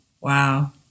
Wow